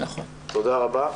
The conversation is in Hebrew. תודה רבה.